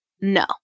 no